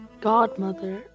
Godmother